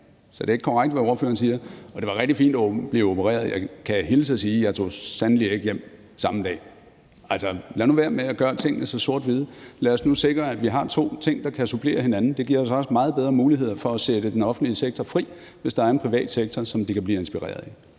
så det er ikke korrekt, hvad ordføreren siger – og det var rigtig fint at blive opereret, og jeg kan hilse og sige, at jeg sandelig ikke tog hjem samme dag. Lad nu være med at gøre tingene så sort-hvide. Lad os nu sikre, at vi har to ting, der kan supplere hinanden, for det giver os også meget bedre muligheder for at sætte den offentlige sektor fri, hvis der er en privat sektor, som de kan blive inspireret af.